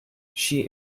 she